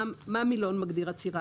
איך המילון מגדיר עצירה?